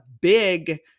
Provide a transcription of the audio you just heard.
big